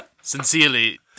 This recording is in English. Sincerely